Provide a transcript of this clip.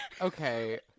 Okay